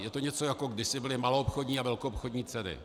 Je to něco, jako kdysi byly maloobchodní a velkoobchodní ceny.